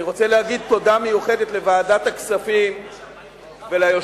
אני רוצה להגיד תודה מיוחדת לוועדת הכספים וליושב-ראש,